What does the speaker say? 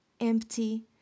empty